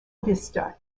vista